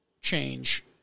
change